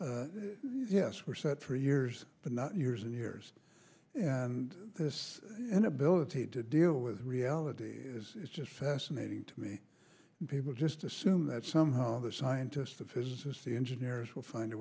yes we're set for years but not years and years and this inability to deal with the reality is it's just fascinating to me that people just assume that somehow the scientists the physicists the engineers will find a